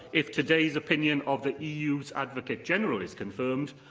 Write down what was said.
if today's opinion of the eu's advocate general is confirmed,